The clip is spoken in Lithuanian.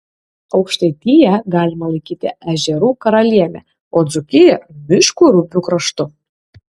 aukštaitiją galima laikyti ežerų karaliene o dzūkiją miškų ir upių kraštu